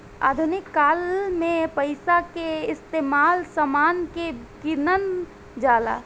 आधुनिक काल में पइसा के इस्तमाल समान के किनल जाला